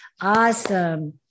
Awesome